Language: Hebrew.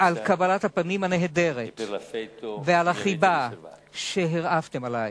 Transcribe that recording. קבלת הפנים הנהדרת ועל החיבה שהרעפתם עלי.